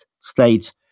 state